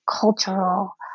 cultural